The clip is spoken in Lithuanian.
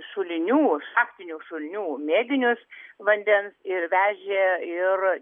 šulinių šachtinių šulinių mėginius vandens ir vežė ir